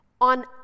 on